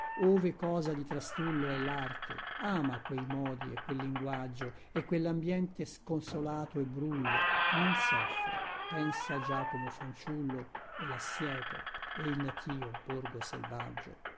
ove cosa di trastullo è larte ama quei modi e quel linguaggio e quellambiente sconsolato e brullo non soffre pensa giacomo fanciullo e la siepe e il natìo borgo selvaggio